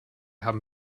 haben